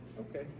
okay